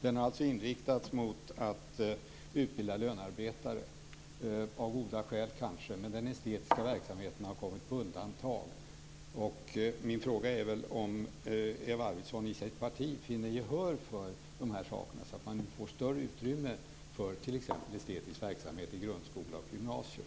Den har inriktats mot att utbilda lönearbetare, kanske av goda skäl, men den estetiska verksamheten har kommit på undantag. Min fråga är om Eva Arvidsson i sitt parti finner gehör för de här frågorna, så att man kan få större utrymme för t.ex. estetisk verksamhet i grundskola och gymnasium.